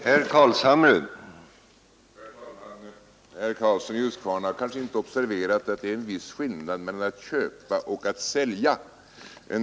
Herr talman! Herr Karlsson i Huskvarna kanske inte har observerat att det är en viss skillnad mellan att köpa och att sälja.